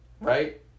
Right